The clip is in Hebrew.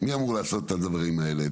מי אמור לעשות את הדברים האלה,